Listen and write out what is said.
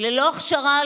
ללא הכשרה,